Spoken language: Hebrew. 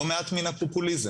לא מעט מן הפופוליזם.